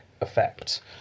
effect